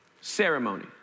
ceremony